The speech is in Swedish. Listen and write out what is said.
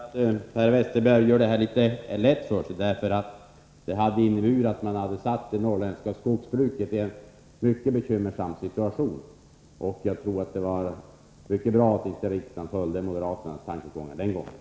Fru talman! Jag tror att Per Westerberg gör det litet för lätt för sig. Om vi hade gått med på moderaternas förslag hade det norrländska skogsbruket försatts i en mycket bekymmersam situation. Det var nog mycket bra att riksdagen vid det tillfället inte följde moderaternas tankegångar.